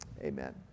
amen